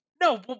No